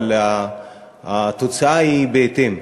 אבל התוצאה היא בהתאם.